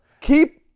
keep